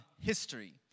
history